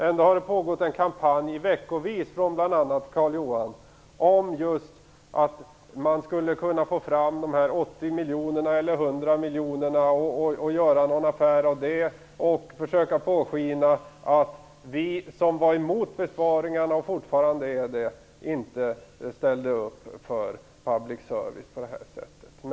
Ändå har det förts en kampanj veckovis från bl.a. Carl-Johan Wilsons sida om att man skulle kunna få fram 80 eller 100 miljoner och göra någon affär av det. Man försöker påskina att vi som var emot besparingarna, och fortfarande är det, inte ställde upp för public service på det här sättet.